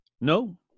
No